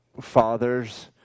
fathers